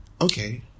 Okay